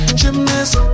gymnast